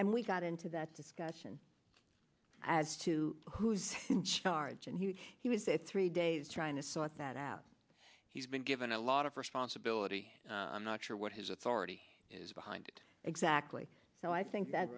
and we got into that discussion as to who's in charge and he was it three days trying to sort that out he's been given a lot of responsibility i'm not sure what his authority is behind it exactly so i think that